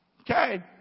Okay